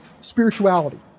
spirituality